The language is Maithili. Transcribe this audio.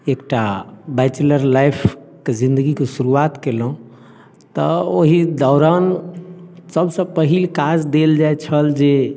एकटा बैचलर लाइफके जिन्दगीके शुरुआत कयलहुँ तऽ ओहि दौरान सभ से पहिल काज देल जाइत छल जे